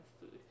food